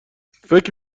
فکر